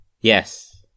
Yes